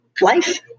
life